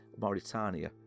Mauritania